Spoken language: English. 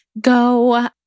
go